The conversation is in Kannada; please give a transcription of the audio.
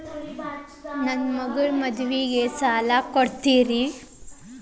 ನನ್ನ ಮಗಳ ಮದುವಿಗೆ ಸಾಲ ಕೊಡ್ತೇರಿ?